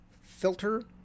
filter